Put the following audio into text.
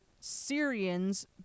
Syrians